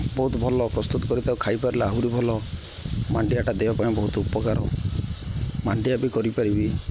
ବହୁତ ଭଲ ପ୍ରସ୍ତୁତ କରି ତାକୁ ଖାଇପାରିଲେ ଆହୁରି ଭଲ ମାଣ୍ଡିଆଟା ଦେବା ପାଇଁ ବହୁତ ଉପକାର ମାଣ୍ଡିଆ ବି କରିପାରିବି